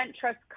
trust